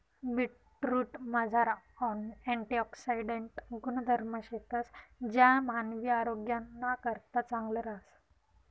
बीटरूटमझार अँटिऑक्सिडेंट गुणधर्म शेतंस ज्या मानवी आरोग्यनाकरता चांगलं रहास